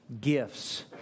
gifts